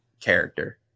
character